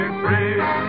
free